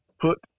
put